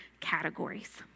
categories